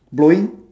blowing